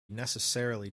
necessarily